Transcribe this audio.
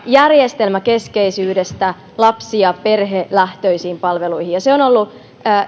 järjestelmäkeskeisyydestä ensisijaisesti lapsi ja perhelähtöisiin palveluihin se on ollut